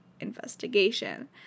investigation